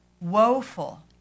woeful